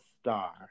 star